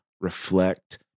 reflect